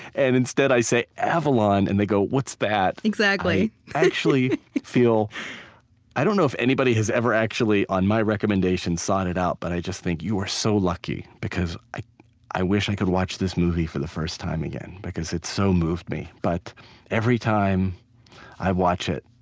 and instead i say, avalon, and they go, what's that? exactly, i actually feel i don't know if anybody has ever actually, on my recommendation, sought it out, but i just think, you are so lucky, because i i wish i could watch this movie for the first time again, because it so moved me. but every time i watch it,